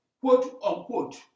quote-unquote